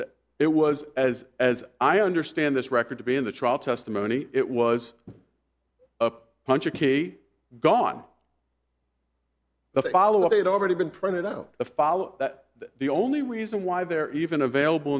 that it was as as i understand this record to be in the trial testimony it was a hunch or kate gone the follow up date already been printed out the follow that the only reason why they're even available